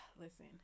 Listen